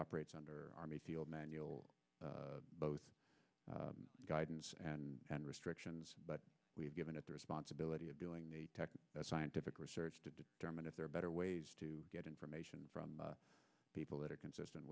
operates under army field manual both guidance and restrictions but we've given it the responsibility of doing that scientific research to determine if there are better ways to get information from people that are consistent